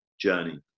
journey